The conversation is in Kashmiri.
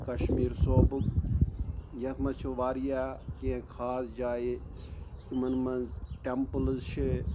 کشمیٖر صوبُک یَتھ منٛز چھِ واریاہ کینٛہہ خاص جایہِ یِمَن منٛز ٹٮ۪مپٕلٕز چھِ